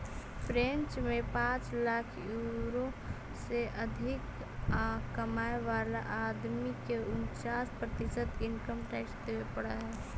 French में पाँच lakh euro से अधिक कमाय वाला आदमी के उन्चास प्रतिशत इनकम टैक्स देवे पड़ऽ हई